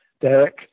Derek